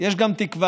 יש גם תקווה.